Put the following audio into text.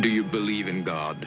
do you believe in god